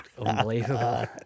unbelievable